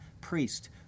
priest